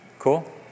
Cool